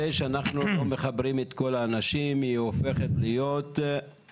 זה שאנחנו לא מחברים את כל אנשים היא הופכת להיות סכנה.